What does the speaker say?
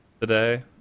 today